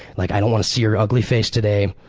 like i don't want to see your ugly face today.